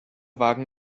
wagen